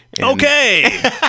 Okay